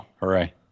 hooray